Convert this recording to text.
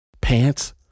pants